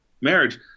marriage